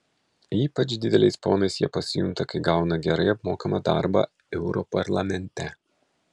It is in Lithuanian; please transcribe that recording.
ypač dideliais ponais jie pasijunta kai gauna gerai apmokamą darbą europarlamente